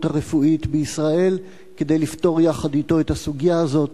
הרפואית בישראל כדי לפתור יחד אתו את הסוגיה הזאת,